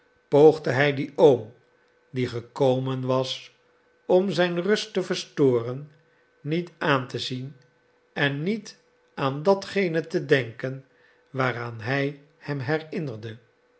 poogde hij dien oom die gekomen was om zijn rust te verstoren niet aan te zien en niet aan datgene te denken waaraan hij hem herinnerde